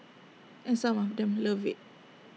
and some of them love IT